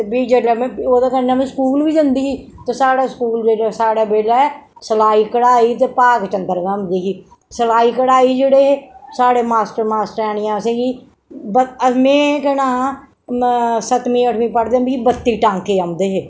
ते फ्ही जेल्लै में मी ओह्दे कन्नै स्कूल बी जंदी ही ते स्हाड़े स्कूल जेह्कै स्हाड़े बेल्लै सलाई कढ़ाई ते भाग चंदरियां होंदी ही सलाई कढ़ाई जेह्ड़े हे स्हाड़े मास्टर मास्टरेयानियां असेंगी ब में केह् नांऽ सतमीं अट्ठमीं पढ़दे मिगी बत्ती टांके औंदे हे